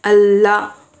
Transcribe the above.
ಅಲ್ಲ